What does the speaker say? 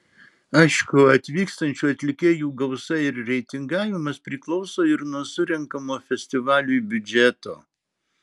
aišku atvykstančių atlikėjų gausa ir reitingavimas priklauso ir nuo surenkamo festivaliui biudžeto